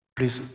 Please